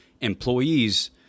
employees